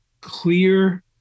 clear